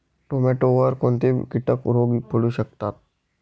टोमॅटोवर कोणते किटक रोग पडू शकतात?